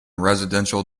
residential